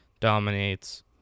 dominates